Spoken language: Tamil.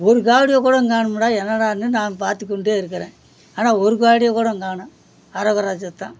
ஒரு காவடியை கூட காணுமேடா என்னடானு நான் பார்த்துக்கொண்டே இருக்கிறேன் ஆனால் ஒரு காவடியை கூட காணும் அரோகரா சத்தம்